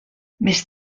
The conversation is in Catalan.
més